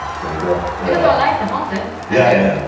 there you go. even though i like the haunted. yeah,